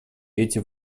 эти